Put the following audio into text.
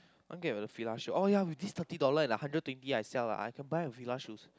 I want get the Fila shoe oh ya with this thirty dollar and the hundred twenty I sell ah I can buy a Fila shoes